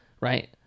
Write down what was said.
Right